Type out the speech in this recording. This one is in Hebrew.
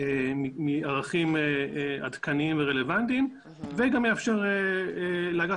מערכים עדכניים ורלוונטיים וגם יאפשר לאגף